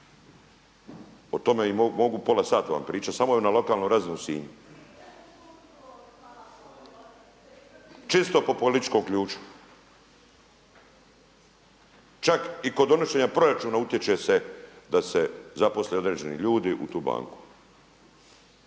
O tome vam mogu pola sata pričati, samo na lokalnoj razini u Sinju. Često po političkom ključu. Čak i kod donošenja proračuna utječe se da se zaposle određeni ljudi u tu banku.